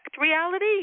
reality